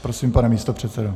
Prosím, pane místopředsedo.